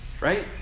right